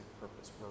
purpose